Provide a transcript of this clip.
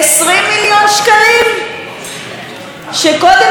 שקודם ישקיע, הסרט יצליח,